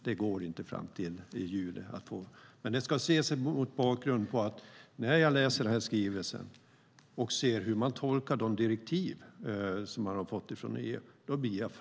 Det går inte att få fram en proposition så snabbt, men mitt krav ska ses mot bakgrund av att jag blir frustrerad när jag läser den här skrivelsen och ser hur man tolkar de direktiv som man har fått från EU.